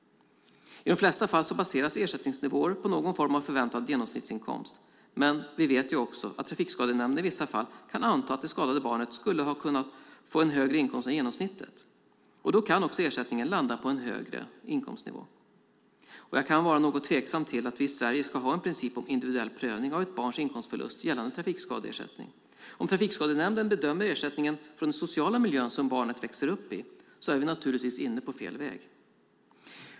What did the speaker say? I de flesta fall baseras ersättningsnivåer på någon form av förväntad genomsnittsinkomst. Men vi vet också att Trafikskadenämnden i vissa fall kan anta att det skadade barnet skulle ha kunnat få en högre inkomst än genomsnittet. Då kan också ersättningen landa på en högre inkomstnivå. Jag kan vara tveksam till att vi i Sverige ska ha en princip om individuell prövning av ett barns inkomstförlust gällande trafikskadeersättning. Om Trafikskadenämnden bedömer ersättningen efter den sociala miljö som barnet växer upp i är vi naturligtvis inne på fel väg.